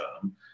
term